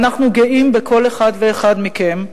אנחנו גאים בכל אחד ואחד מכם,